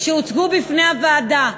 שהוצגה בפני הוועדה,